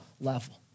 level